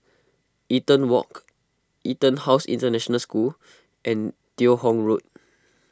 Eaton Walk EtonHouse International School and Teo Hong Road